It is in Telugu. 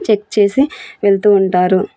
చెక్ చేసి వెళ్తూ ఉంటారు